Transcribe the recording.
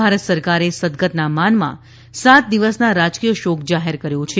ભારત સરકારે સદગતના માનમાં સાત દિવસના રાજકીય શોક જાહેર કર્યો છે